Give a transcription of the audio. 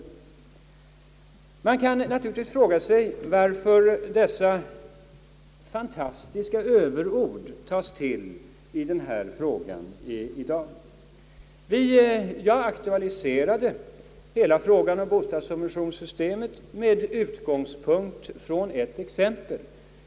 Man kan naturligtvis fråga sig varför dessa fantastiska överord tas till i interpellationssvaret. Jag aktualiserade hela frågan om bostadssubventionssystemet med utgångspunkt från ett exempel.